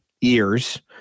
years